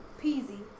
peasy